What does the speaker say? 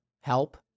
help